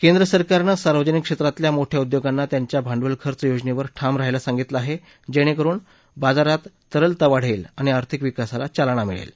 केन्द्र सरकारने सार्वजनिक क्षेत्रातल्या मोठ्या उद्योगांना त्यांच्या भांडवल खर्च योजनेवर ठाम राहायला सांगितलं आहे जेणेंकडून बाजारात तरलता वाढेल आणि आर्थिक विकासाला चालना मिळेल